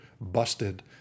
busted